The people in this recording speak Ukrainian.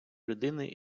людини